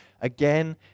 again